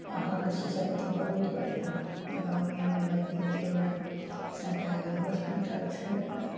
वहाँके सोसाइटी बहुत बढ़िऑं गाँवमे नजदीकेमे सरकारी होस्पिटल छै